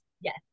Yes